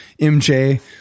MJ